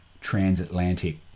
transatlantic